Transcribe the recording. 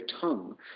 tongue